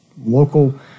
local